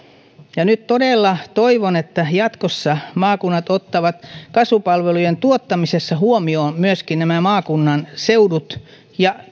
ja nyt todella toivon että jatkossa maakunnat ottavat kasvupalvelujen tuottamisessa huomioon myöskin näiden maakunnan seutujen ja